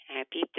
Happy